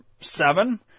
seven